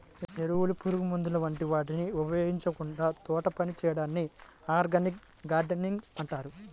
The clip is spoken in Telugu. ఎరువులు, పురుగుమందుల వంటి వాటిని ఉపయోగించకుండా తోటపని చేయడాన్ని ఆర్గానిక్ గార్డెనింగ్ అంటారు